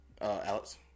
Alex